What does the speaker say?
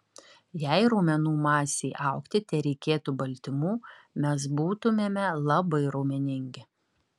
jei raumenų masei augti tereikėtų baltymų mes būtumėme labai raumeningi